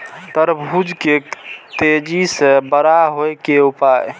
तरबूज के तेजी से बड़ा होय के उपाय?